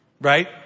right